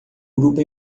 grupo